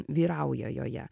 vyrauja joje